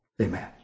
Amen